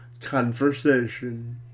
conversation